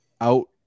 out